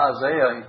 Isaiah